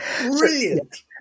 Brilliant